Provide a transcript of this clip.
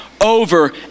over